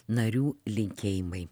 narių linkėjimai